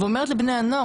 ואומרת לבני הנוער,